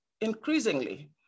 increasingly